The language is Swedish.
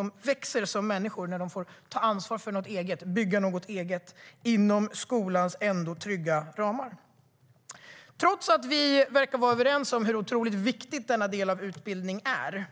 De växer som människor när de får ta ansvar för något eget och bygga något eget i skolans trygga ramar. Trots att vi verkar vara överens om hur otroligt viktig denna del av utbildningen är